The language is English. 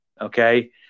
okay